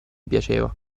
piaceva